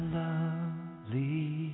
lovely